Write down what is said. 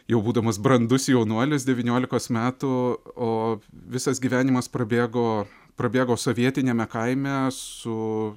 jau būdamas brandus jaunuolis devyniolikos metų o visas gyvenimas prabėgo prabėgo sovietiniame kaime su